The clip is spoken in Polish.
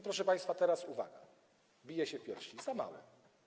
Proszę państwa, teraz uwaga, biję się w piersi: za mało.